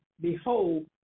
Behold